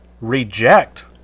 reject